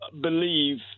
Believe